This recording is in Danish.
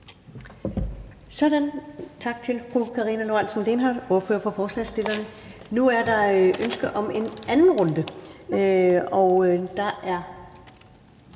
Sådan. Tak til fru Karina Lorentzen Dehnhardt, ordfører for forslagsstillerne. Nu er der ønske om en anden runde. Det